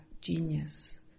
genius